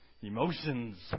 emotions